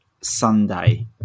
Sunday